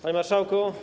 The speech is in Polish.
Panie Marszałku!